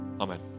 Amen